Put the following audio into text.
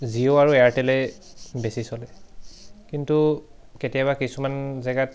জিঅ' আৰু এয়াৰটেলে বেছি চলে কিন্তু কেতিয়াবা কিছুমান জেগাত